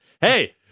Hey